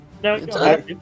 No